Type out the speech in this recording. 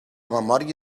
memòria